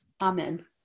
Amen